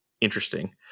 interesting